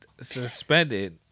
suspended